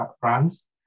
brands